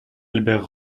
albert